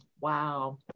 Wow